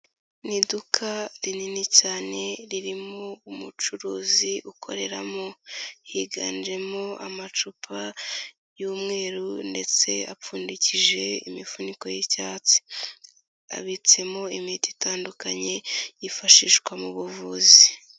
Ni iduka rinini cyane ririmo umucuruzi ukoreramo, higanjemo amacupa y'umweru ndetse apfundikije imifuniko y'icyatsi, abitsemo imiti itandukanye yifashishwa mu buvuzi.